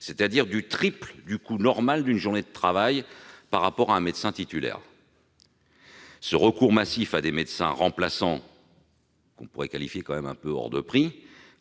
c'est-à-dire le triple du coût normal d'une journée de travail par rapport à un médecin titulaire. Ce recours massif à des médecins remplaçants- que l'on peut tout de même qualifier d'« hors de prix »